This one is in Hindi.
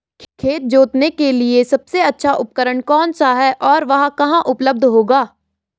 खेत जोतने के लिए सबसे अच्छा उपकरण कौन सा है और वह कहाँ उपलब्ध होगा?